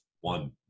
one